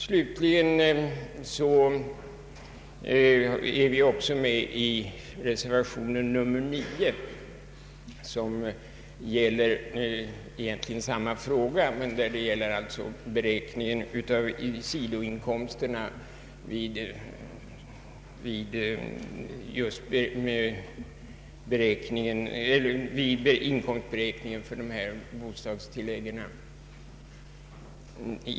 Slutligen är vi också medundertecknare av reservationen 9 som berör samma fråga men där det gäller beräkningen av sidoinkomsterna vid inkomstberäkningen för bostadstilläggen.